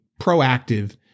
proactive